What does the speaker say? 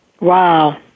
Wow